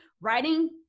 writing